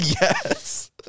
yes